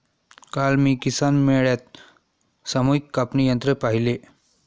काल मी किसान मेळ्यात सामूहिक कापणी यंत्र पाहिले